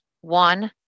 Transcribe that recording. one